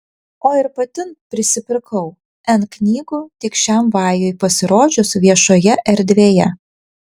o ir pati prisipirkau n knygų tik šiam vajui pasirodžius viešoje erdvėje